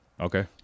Okay